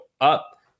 up